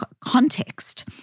context